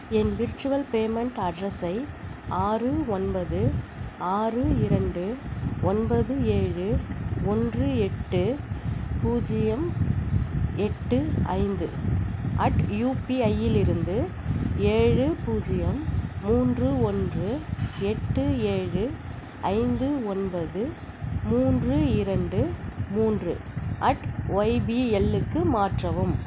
என் virtual payment அட்ரெஸை ஆறு ஒன்பது ஆறு இரண்டு ஒன்பது ஏழு ஒன்று எட்டு பூஜ்ஜியம் எட்டு ஐந்து அட் யுபிஐயிலிருந்து ஏழு பூஜ்ஜியம் மூன்று ஒன்று எட்டு ஏழு ஐந்து ஒன்பது மூன்று இரண்டு மூன்று அட் ஒய்பிஎல்லுக்கு மாற்றவும்